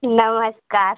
नमस्कार